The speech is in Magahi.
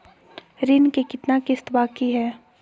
ऋण के कितना किस्त बाकी है?